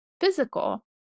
physical